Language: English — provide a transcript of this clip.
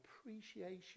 appreciation